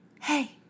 Hey